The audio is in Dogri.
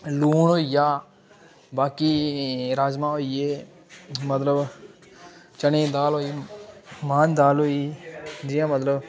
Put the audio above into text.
लोहा होईई गेआ बाकी राजमां होई गे मतलब चने दी दाल होई मांह् दी दाल होई जि'यां मतलब